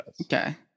Okay